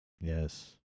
Yes